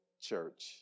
church